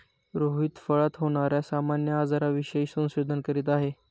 रोहित फळात होणार्या सामान्य आजारांविषयी संशोधन करीत आहे